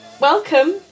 Welcome